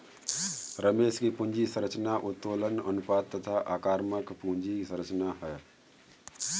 रमेश की पूंजी संरचना उत्तोलन अनुपात तथा आक्रामक पूंजी संरचना है